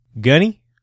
Gunny